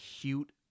cute